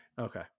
Okay